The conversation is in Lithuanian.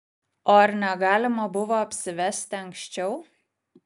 o ar negalima buvo apsivesti anksčiau